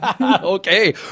okay